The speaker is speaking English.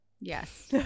Yes